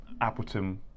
Appleton